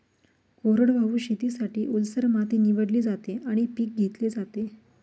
कोरडवाहू शेतीसाठी, ओलसर माती निवडली जाते आणि पीक घेतले जाते